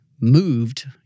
moved